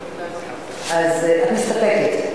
אז את מסתפקת?